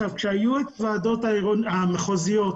כשהיו הוועדות המחוזיות,